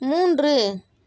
மூன்று